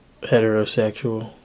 Heterosexual